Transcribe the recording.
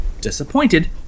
disappointed